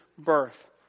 birth